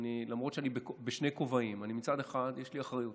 למרות שאני בשני כובעים: מצד אחד יש לי אחריות,